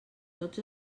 tots